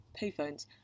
payphones